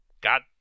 Got